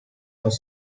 was